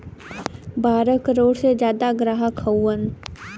बारह करोड़ से जादा ग्राहक हउवन